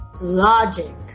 Logic